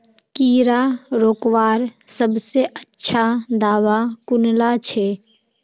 कीड़ा रोकवार सबसे अच्छा दाबा कुनला छे?